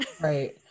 Right